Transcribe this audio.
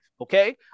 okay